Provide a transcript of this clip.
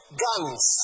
guns